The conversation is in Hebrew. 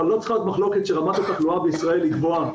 אבל לא צריכה להיות מחלוקת שרמת התחלואה בישראל היא גבוהה,